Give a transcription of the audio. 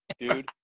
dude